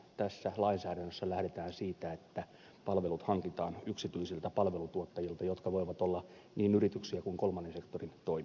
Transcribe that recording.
tässä lainsäädännössä lähdetään siitä että palvelut hankitaan yksityisiltä palveluntuottajilta jotka voivat olla niin yrityksiä kuin kolmannen sektorin toimijoitakin